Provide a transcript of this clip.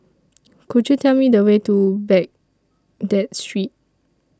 Could YOU Tell Me The Way to Baghdad Street